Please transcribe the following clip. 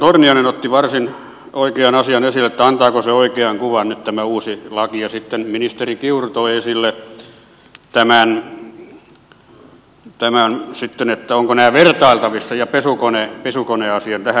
torniainen otti varsin oikean asian esille antaako oikean kuvan nyt tämä uusi laki ja sitten ministeri kiuru toi esille tämän ovatko nämä vertailtavissa ja pesukoneasian tähän